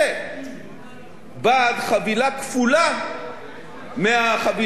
בעד חבילה כפולה מחבילת המסים הנוכחית.